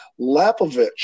Lapovich